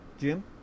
Jim